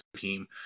team